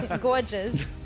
Gorgeous